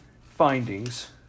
findings